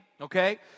okay